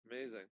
amazing